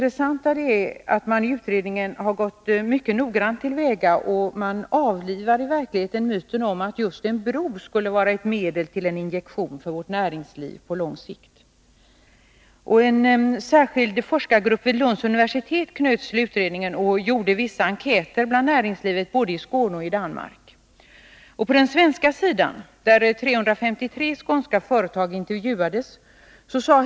Man har i utredningen gått mycket noggrant till väga, och man avlivade faktiskt myten om att just en bro på lång sikt skulle vara en injektion för vårt näringsliv. En särskild forskargrupp vid Lunds universitet knöts till utredningen och gjorde vissa enkäter bland näringslivet både i Skåne och i Danmark. På den svenska sidan intervjuades 353 skånska företag.